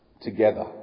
together